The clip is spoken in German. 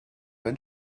ein